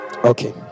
Okay